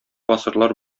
гасырлар